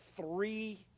three